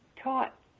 taught